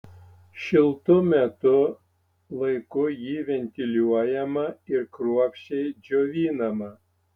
šiltu metų laiku ji ventiliuojama ir kruopščiai džiovinama